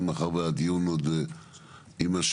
מאחר והדיון עוד יימשך,